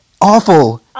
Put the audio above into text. Awful